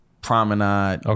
Promenade